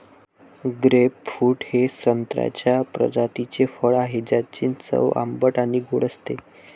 grapefruit हे संत्र्याच्या प्रजातीचे फळ आहे, ज्याची चव आंबट आणि गोड असते